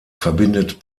verbindet